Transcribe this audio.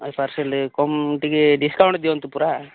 ନାଇଁ ପାର୍ସଲ୍ କମ୍ ଟିକେ ଡିସକାଉଣ୍ଟ ଦିଅନ୍ତୁ ପୁରା